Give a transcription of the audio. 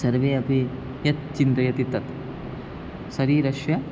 सर्वे अपि यत् चिन्तयति तत् शरीरस्य